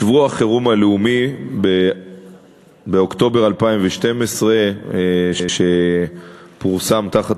שבוע החירום הלאומי באוקטובר 2012 שפורסם תחת